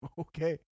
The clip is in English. okay